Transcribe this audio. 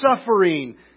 suffering